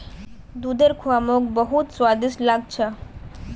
दूधेर खुआ मोक बहुत स्वादिष्ट लाग छ